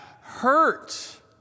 hurt